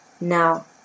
Now